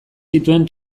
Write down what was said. zituen